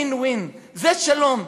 win-win, זה שלום,